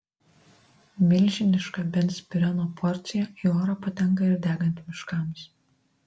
milžiniška benzpireno porcija į orą patenka ir degant miškams